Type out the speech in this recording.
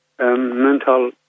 mental